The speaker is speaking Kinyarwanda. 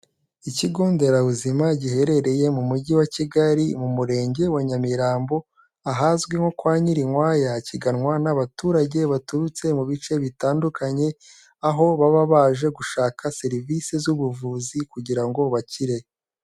Ikigonderabuzima giherereye mu Mujyi wa Kigali, mu Murenge wa Nyamirambo ahazwi nko kwa Nyirinkwaya, kiganwa n'abaturage baturutse mu bice bitandukanye, aho baba baje gushaka serivisi z'ubuvuzi kugira ngo bakire.